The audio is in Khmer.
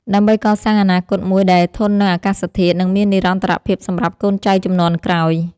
ដើម្បីកសាងអនាគតមួយដែលធន់នឹងអាកាសធាតុ និងមាននិរន្តរភាពសម្រាប់កូនចៅជំនាន់ក្រោយ។